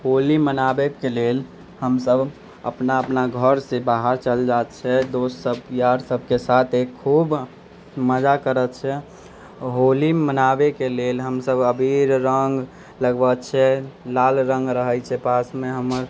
होली मनाबैके लेल हम सब अपना अपना घर से बाहर चलि जाइत छै दोस्त सभ यार सभके साथे खूब मजा करैत छियै होली मनाबैके लेल हम सभ अबीर रङ्ग लगबैत छियै लाल रङ्ग रहैत छै पासमे हमर